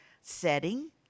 setting